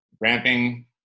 ramping